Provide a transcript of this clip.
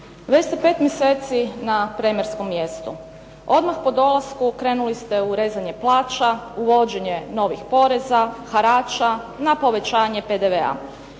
Već ste pet mjeseci na premijerskom mjestu. Odmah po dolasku krenuli ste u rezanje plaća, uvođenje novih poreza, harača, na povećanje PDV-a.